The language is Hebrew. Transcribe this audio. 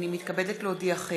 הנני מתכבדת להודיעכם,